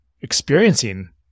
experiencing